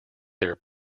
their